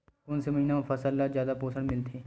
कोन से महीना म फसल ल जादा पोषण मिलथे?